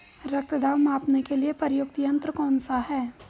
रक्त दाब मापने के लिए प्रयुक्त यंत्र कौन सा है?